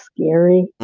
scary